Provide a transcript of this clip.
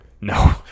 No